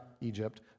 Egypt